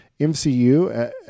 MCU